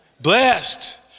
Blessed